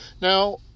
Now